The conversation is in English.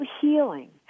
healing